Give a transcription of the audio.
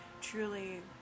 truly